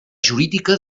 jurídica